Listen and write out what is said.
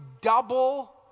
double